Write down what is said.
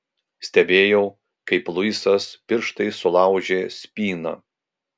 stebėjau kaip luisas pirštais sulaužė spyną